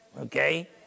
okay